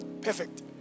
Perfect